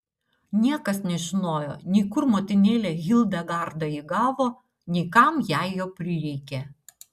niekas nežinojo nei kur motinėlė hildegarda jį gavo nei kam jai jo prireikė